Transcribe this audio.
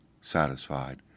satisfied